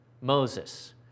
Moses